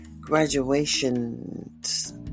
graduations